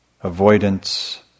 avoidance